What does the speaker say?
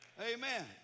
Amen